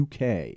UK